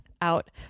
out